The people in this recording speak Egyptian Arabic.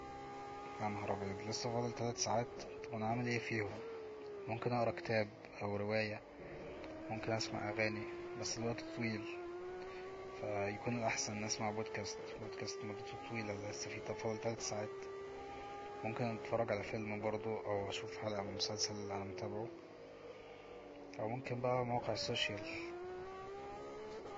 ينهر ابيض لسه فاضل تلات ساعات طب أنا هعمل ايه فيهم ممكن اقرا كتاب أو رواية ممكن اسمع اغاني بس الوقت طويل فهيكون الاحسن اني اسمع بودكاست بودكاست مدته طويلة لسه في دا فاضل تلات ساعات ممكن اشوف فيلم برضو أو حلقة من مسلسل أنا متابعه او ممكن بقا مواقع السوشيال